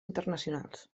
internacionals